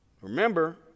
remember